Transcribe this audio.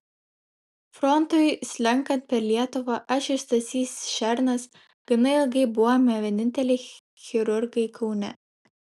frontui slenkant per lietuvą aš ir stasys šernas gana ilgai buvome vieninteliai chirurgai kaune